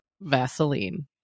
Vaseline